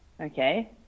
Okay